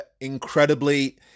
incredibly